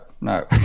no